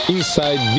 Inside